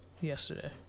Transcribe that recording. yesterday